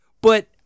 but-